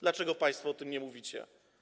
Dlaczego państwo o tym nie mówicie?